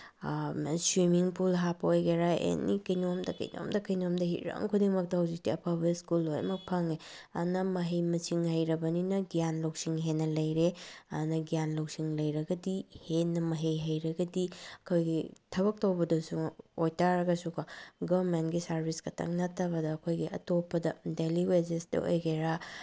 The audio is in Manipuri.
ꯁ꯭ꯋꯤꯝꯃꯤꯡ ꯄꯨꯜ ꯍꯥꯞꯄ ꯑꯣꯏꯒꯦꯔꯥ ꯑꯦꯅꯤ ꯀꯩꯅꯣꯝꯗ ꯀꯩꯅꯣꯝꯗ ꯀꯩꯅꯣꯝꯗ ꯍꯤꯔꯝ ꯈꯨꯗꯤꯡꯃꯛꯇ ꯍꯧꯖꯤꯛꯇꯤ ꯑꯐꯕ ꯁ꯭ꯀꯨꯜ ꯂꯣꯏꯃꯛ ꯐꯪꯉꯦ ꯑꯗꯨꯅ ꯃꯍꯩ ꯃꯁꯤꯡ ꯍꯩꯔꯕꯅꯤꯅ ꯒ꯭ꯌꯥꯟ ꯂꯧꯁꯤꯡ ꯍꯦꯟꯅ ꯂꯩꯔꯦ ꯑꯗꯨꯅ ꯒ꯭ꯌꯥꯟ ꯂꯧꯁꯤꯡ ꯂꯩꯔꯒꯗꯤ ꯍꯦꯟꯅ ꯃꯍꯩ ꯍꯩꯔꯒꯗꯤ ꯑꯩꯈꯣꯏꯒꯤ ꯊꯕꯛ ꯇꯧꯕꯗꯁꯨ ꯑꯣꯏꯇꯥꯔꯒꯁꯨꯀꯣ ꯒꯣꯃꯦꯟꯒꯤ ꯁꯥꯔꯚꯤꯁꯈꯛꯇꯪ ꯅꯠꯇꯕꯗ ꯑꯩꯈꯣꯏꯒꯤ ꯑꯇꯣꯞꯄꯗ ꯗꯦꯂꯤ ꯋꯦꯖꯦꯁꯇ ꯑꯣꯏꯒꯦꯔ